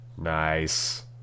Nice